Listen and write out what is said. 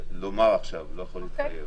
לומר עכשיו מועד.